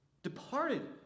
Departed